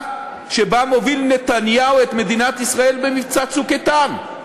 שבה מוביל נתניהו את מדינת ישראל במבצע "צוק איתן".